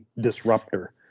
disruptor